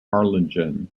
harlingen